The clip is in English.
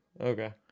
Okay